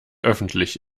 öffentlich